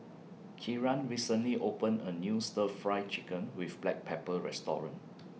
Kieran recently opened A New Stir Fry Chicken with Black Pepper Restaurant